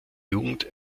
jugend